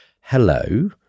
hello